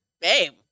babe